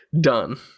done